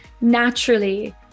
naturally